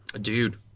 dude